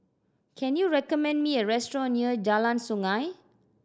can you recommend me a restaurant near Jalan Sungei